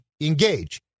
engage